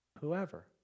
whoever